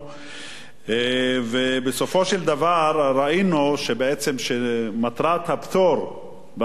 ובסופו של דבר, ראינו בעצם שמטרת הפטור בחוק,